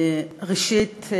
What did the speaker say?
ראשית,